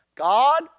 God